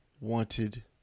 wanted